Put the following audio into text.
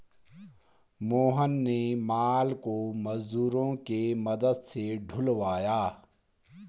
मोहन ने माल को मजदूरों के मदद से ढूलवाया